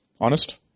Honest